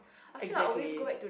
exactly